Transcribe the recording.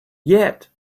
yet